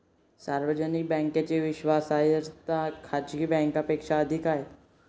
सार्वजनिक बँकेची विश्वासार्हता खाजगी बँकांपेक्षा अधिक आहे